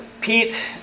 Pete